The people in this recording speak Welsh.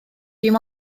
dim